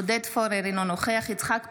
עודד פורר, אינו נוכח יצחק פינדרוס,